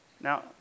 Now